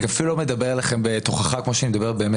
אני אפילו לא מדבר אליכם בתוכחה אלא בכאב.